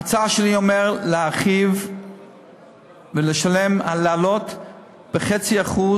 ההצעה שלי אומרת להרחיב ולשלם, להעלות ב-0.5%